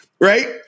Right